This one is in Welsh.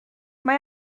mae